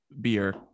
Beer